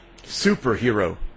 superhero